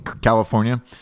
California